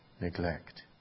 neglect